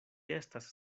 estas